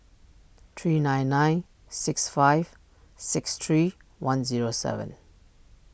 three nine nine six five six three one zero seven